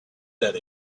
that